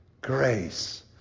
Grace